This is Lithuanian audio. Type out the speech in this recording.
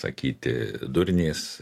sakyti durnės